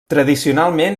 tradicionalment